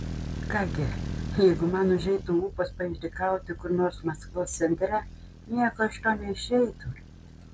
ką gi jeigu man užeitų ūpas paišdykauti kur nors maskvos centre nieko iš to neišeitų